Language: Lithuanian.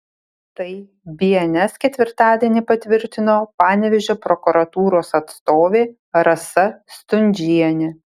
tai bns ketvirtadienį patvirtino panevėžio prokuratūros atstovė rasa stundžienė